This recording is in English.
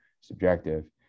subjective